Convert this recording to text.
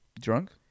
Drunk